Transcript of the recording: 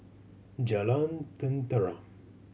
Jalan Tenteram